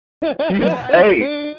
Hey